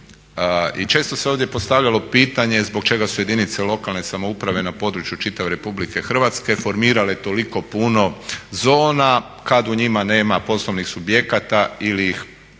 i često se ovdje postavljalo pitanje zbog čega su jedinice lokalne samouprave na području čitave RH formirale toliko puno zona kad u njima nema poslovnih subjekata ili ih ne